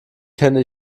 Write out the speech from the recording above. kenne